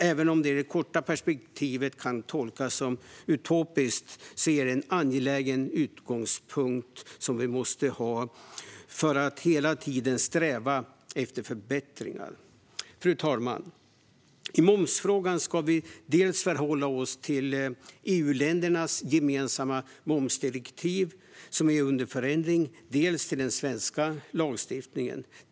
Även om det i det korta perspektivet kan tolkas som utopiskt är det en angelägen utgångspunkt som vi måste ha för att hela tiden sträva efter förbättringar. Fru talman! I momsfrågor ska vi förhålla oss dels till EU-ländernas gemensamma momsdirektiv som är under förändring, dels till den svenska lagstiftningen.